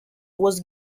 was